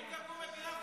ואם תקום מדינה פלסטינית,